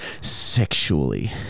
Sexually